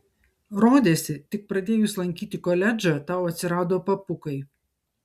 rodėsi tik pradėjus lankyti koledžą tau atsirado papukai